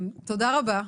תודה רבה,